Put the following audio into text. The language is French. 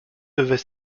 devait